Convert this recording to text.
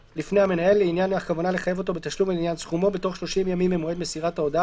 תשלום חובה ולכן הוא כפוף לאישור ועדה לקביעת התשלום הזה,